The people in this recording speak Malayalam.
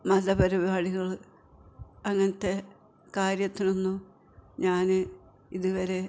മതപരിപാടികൾ അങ്ങനെത്തെ കാര്യത്തിനൊന്നും ഞാൻ ഇതുവരെ